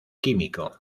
químico